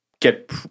get